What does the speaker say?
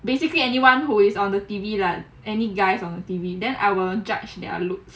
basically anyone who is on the T_V lah any guys on then T_V then I will judge their looks